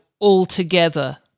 altogether